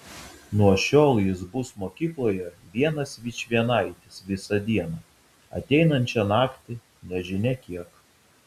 nuo šiol jis bus mokykloje vienas vičvienaitis visą dieną ateinančią naktį nežinia kiek